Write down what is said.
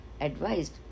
advised